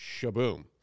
Shaboom